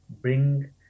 Bring